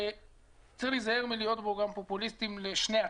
וצריך להיזהר מלהיות בו גם פופוליסטים לשני הצדדים.